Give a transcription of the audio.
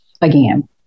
again